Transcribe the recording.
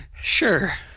Sure